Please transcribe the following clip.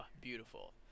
beautiful